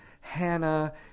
Hannah